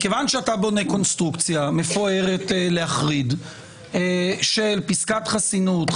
מכיוון שאתה בונה קונסטרוקציה מפוארת להחריד של פסקת חסינות,